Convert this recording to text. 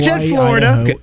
Florida